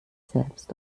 selbst